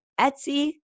Etsy